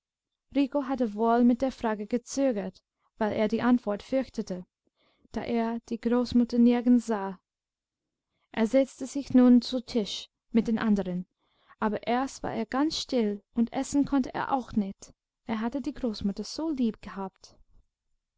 hatte wohl mit der frage gezögert weil er die antwort fürchtete da er die großmutter nirgends sah er setzte sich nun zu tisch mit den anderen aber erst war er ganz still und essen konnte er auch nicht er hatte die großmutter so lieb gehabt